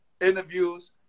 interviews